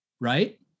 right